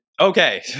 okay